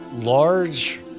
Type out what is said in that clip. large